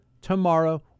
tomorrow